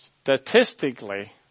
statistically